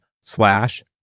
slash